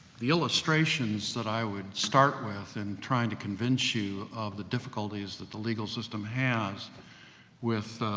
the illustrations that i would start with in trying to convince you of the difficulties that the legal system has with, ah,